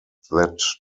that